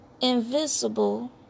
invisible